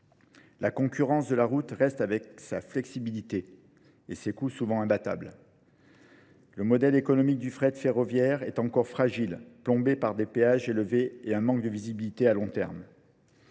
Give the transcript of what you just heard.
La concurrence de la route reste avec sa flexibilité et ses coûts souvent imbattables. Le modèle économique du fret ferroviaire est encore fragile, plombé par des péages élevés et un manque de visibilité à long terme.